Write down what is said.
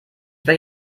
will